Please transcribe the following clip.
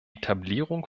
etablierung